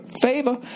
favor